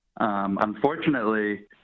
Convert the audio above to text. Unfortunately